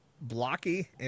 blocky